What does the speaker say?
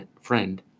friend